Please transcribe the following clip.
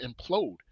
implode